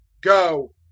Go